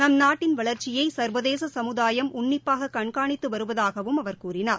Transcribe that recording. நம் நாட்டின் வளர்ச்சியை சர்வதேச சமுதாயம் உன்னிப்பாக கண்காணித்து வருவதாகவும் அவர் கூறினார்